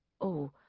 Oh